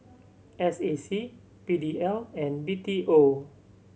S A C P D L and B T O